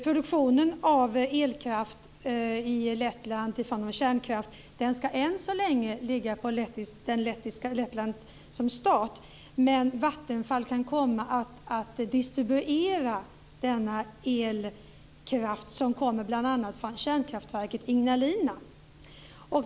Produktionen av elkraft i Lettland i form av kärnkraft ska än så länge ligga på Lettland som stat, men Vattenfall kan komma att distribuera denna elkraft som bl.a. kommer från kärnkraftverket Ignalina.